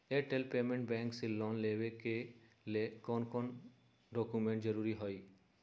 Airtel payments bank से loan लेवे के ले कौन कौन डॉक्यूमेंट जरुरी होइ?